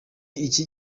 iki